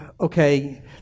okay